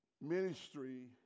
ministry